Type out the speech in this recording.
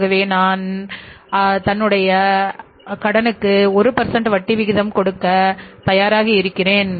ஆகவே தான் ஆகவேதான் அவர் தன்னுடைய சப்ளையர்களிடம் இருந்து கடனுக்கு பொருட்களை1வட்டி விகிதம்கொடுக்க விரும்புகிறார்